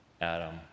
adam